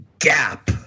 gap